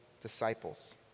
disciples